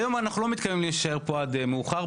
היום אנחנו לא מתכוונים להישאר פה עד מאוחר.